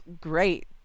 great